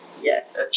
Yes